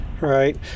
Right